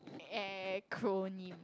acronym